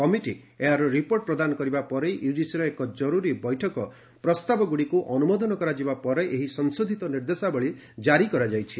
committee ଏହାର report ପ୍ରଦାନ କରିବା ପରେ ୟୁଜିସିର ଏକ ଜରୁରୀ ବୈଠକରେ ପ୍ରସ୍ତାବଗୁଡ଼ିକୁ ଅନୁମୋଦନ କରାଯିବା ପରେ ଏହି ସଂଶୋଧିତ ନିର୍ଦ୍ଦେଶାବଳୀ ଜାରି କରାଯାଇଛି